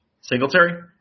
Singletary